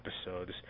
episodes